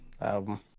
album